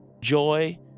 Joy